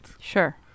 Sure